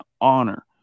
honor